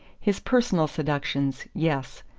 his personal seductions yes.